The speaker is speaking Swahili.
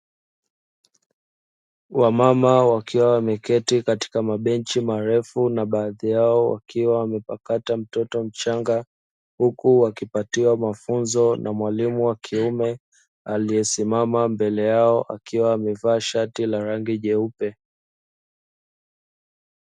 Wamama wakiwa wamekaa katika mabenchi marefu na baadhi yao wakiwa wamepakata mtoto mchanga huku wakipatiwa mafunzo na mwalimu wa kiume aliyesimama mbele yao akiwa amevaa shati la rangi jeupe.